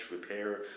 repair